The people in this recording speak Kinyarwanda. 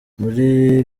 muri